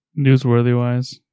Newsworthy-wise